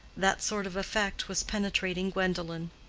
that sort of effect was penetrating gwendolen.